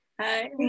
Hi